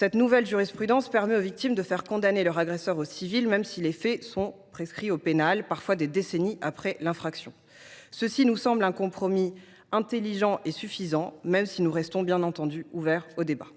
la nouvelle jurisprudence permet aux victimes de faire condamner leur agresseur au civil même si les faits sont prescrits au pénal, parfois des décennies après l’infraction. Cela nous semble un compromis intelligent et suffisant, même si nous restons, bien entendu, ouverts au débat.